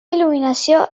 il·luminació